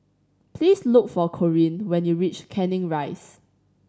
please look for Corrine when you reach Canning Rise